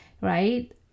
right